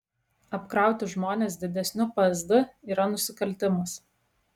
apkrauti žmones didesniu psd yra nusikaltimas